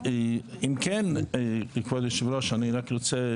אם כן, כבוד היושב-ראש, אני רק רוצה